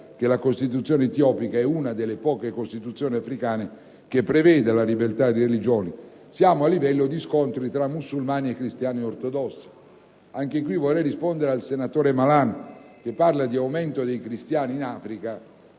che la Costituzione etiopica è una delle poche Costituzioni africane a prevedere la libertà di religione - siamo a livello di scontri tra musulmani e cristiani ortodossi. Vorrei rispondere al senatore Malan, che ha parlato di un aumento dei cristiani in Africa,